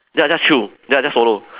then I just chew then I just swallow